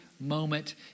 moment